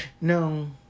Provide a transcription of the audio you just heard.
No